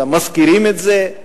אלא מזכירים את זה.